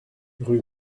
rue